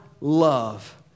love